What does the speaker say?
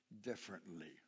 differently